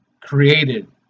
created